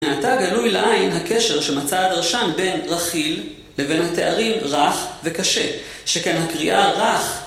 ועתה גלוי לעין הקשר שמצא הדרשן בין רכיל לבין התארים רך וקשה, שכן הקריאה רך